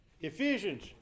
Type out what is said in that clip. Ephesians